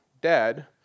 dead